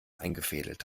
eingefädelt